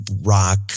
rock